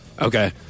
okay